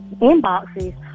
inboxes